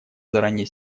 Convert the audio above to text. заранее